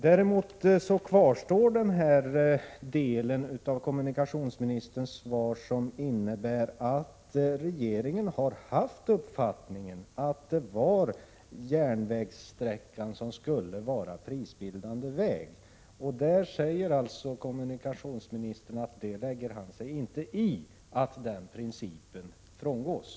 Däremot kvarstår den del av kommunikationsministerns svar som innebär att regeringen har haft uppfattningen att det var järnvägssträckan som skulle vara prisbildande väg men att kommunikationsministern inte lägger sig i att den principen frångås.